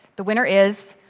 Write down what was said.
the winner is,